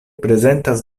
prezentas